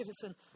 Citizen